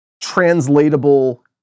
translatable